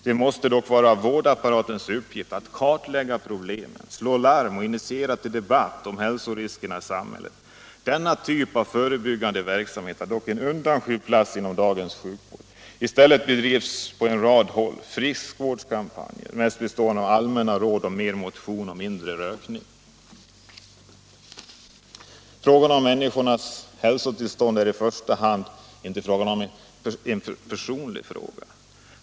Det måste dock vara vårdapparatens uppgift att kartlägga problemen samt slå larm och initiera debatt om hälsorisker i samhället. Denna typ av förebyggande verksamhet har dock en undanskymd plats inom dagens sjukvård. I stället bedrivs på en rad håll frisk vårdskampanjer, mest bestående av allmänna råd om mer motion och mindre rökning. Frågan om människornas hälsotillstånd är emellertid inte i första hand en personlig fråga.